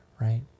right